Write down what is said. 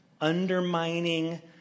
undermining